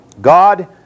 God